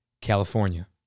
California